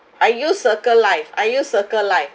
I use circle life I use circle life